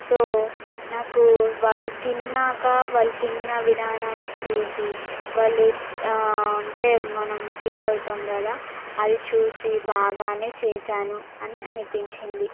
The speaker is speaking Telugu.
సో నాకు వాళ్ళు తిన్నాక వాళ్ళు తిన్న విధానాన్ని చూసి వాళ్ళు అంటే మనం ఫీల్ అవుతాం కదా అది చూసి బాగా చేశాను అని అనిపించింది